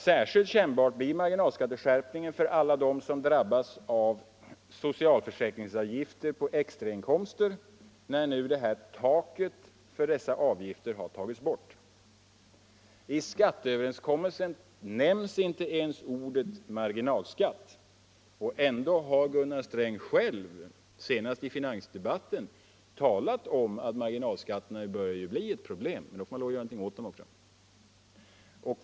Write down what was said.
Särskilt kännbar blir marginalskatteskärpningen för alla som drabbas av socialförsäkringsavgifter på extrainkomster när nu taket för dessa avgifter tagits bort. I skatteöverenskommelsen nämns inte ens ordet marginalskatt. Ändå har Gunnar Sträng själv — senast i finansdebatten — talat om att marginalskatterna börjar bli ett problem. Men då får man lov att göra någonting åt dem också.